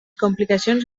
complicacions